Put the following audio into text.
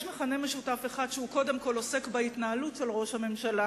יש מכנה משותף אחד שהוא קודם כול עוסק בהתנהלות של ראש הממשלה,